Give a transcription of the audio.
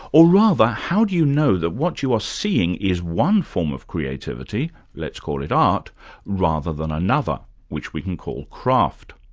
or rather, how do you know that what you are seeing is one form of creativity let's call it art rather than another, which we can call craft.